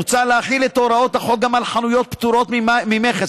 מוצע להחיל את הוראות החוק גם על חנויות פטורות ממכס,